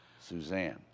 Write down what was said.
Suzanne